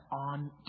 on